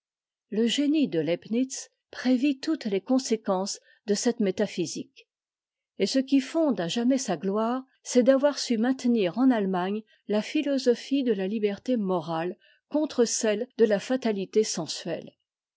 le génie de leibnitz prévit toutes les conséquences de cette métaphysique et ce qui fonde à jamais sa gloire c'est d'avoir su maintenir en allemagne la philosophie de la tiberté morale contre cette de la fatalité sensuette